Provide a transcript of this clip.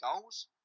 goals